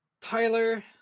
Tyler